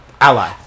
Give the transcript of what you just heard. ally